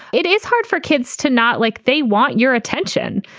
it is hard for kids to not like they want your attention.